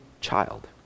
child